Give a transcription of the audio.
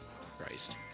Christ